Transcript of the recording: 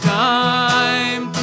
time